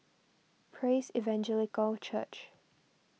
Praise Evangelical Church